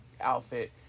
outfit